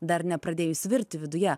dar nepradėjus virti viduje